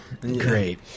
Great